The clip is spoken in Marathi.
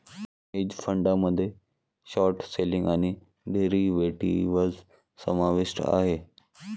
हेज फंडामध्ये शॉर्ट सेलिंग आणि डेरिव्हेटिव्ह्ज समाविष्ट आहेत